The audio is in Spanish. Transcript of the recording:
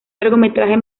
largometraje